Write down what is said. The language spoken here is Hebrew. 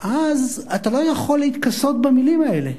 אתה לא יכול להתכסות במלים האלה.